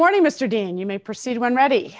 morning mr dan you may proceed one ready